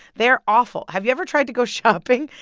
they're awful. have you ever tried to go shopping?